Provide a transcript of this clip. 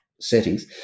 Settings